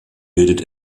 bildet